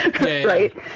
right